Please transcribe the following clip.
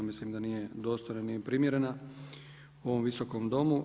Mislim da nije dostojna, nije primjerena u ovom Viskom domu.